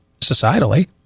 societally